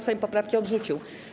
Sejm poprawki odrzucił.